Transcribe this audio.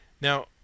Now